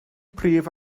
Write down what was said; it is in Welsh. prif